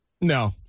No